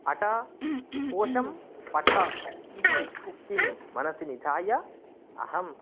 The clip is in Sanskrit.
अट कोशं पठ इति उक्तिं मनसि निधाय अहं